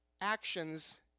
actions